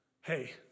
hey